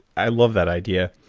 i love that idea.